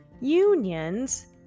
Unions